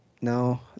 no